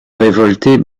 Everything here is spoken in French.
révoltés